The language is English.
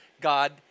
God